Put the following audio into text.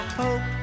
hope